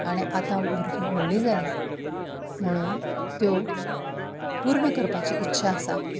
आनी आतां भुरगीं व्हडली जाली म्हुणून त्यो पुर्ण करपाची इच्छा आसा